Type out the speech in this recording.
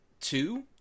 two